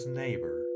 neighbor